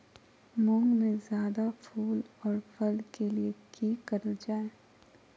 मुंग में जायदा फूल और फल के लिए की करल जाय?